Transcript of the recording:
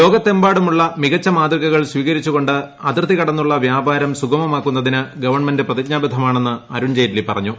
ലോകത്തെമ്പാടുമുള്ള മികച്ച മാതൃകകൾ സ്വീകരിച്ചു കൊണ്ട് അതിർത്തി കടന്നുള്ള വ്യാപാരം സുഗമമാക്കുന്നതിന് ഗവണ്മെന്റ് പ്രതിജ്ഞാബദ്ധമാണെന്ന് അരുൺ ജയ്റ്റ്ലി പറഞ്ഞു